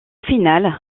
finale